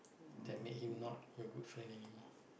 that made him not your good friend anymore